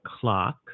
clock